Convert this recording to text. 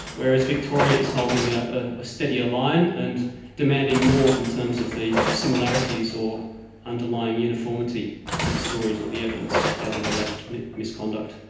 whereas victoria is holding a ah steadier line and demanding more in terms of the similarities or underlying uniformity to the stories or the evidence, the other alleged misconduct.